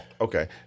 okay